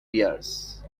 years